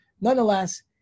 nonetheless